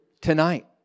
tonight